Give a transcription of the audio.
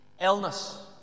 Illness